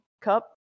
cup